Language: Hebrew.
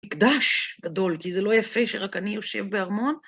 מקדש גדול, כי זה לא יפה שרק אני יושב בארמון.